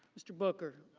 mr. booker.